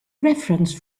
reference